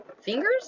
Fingers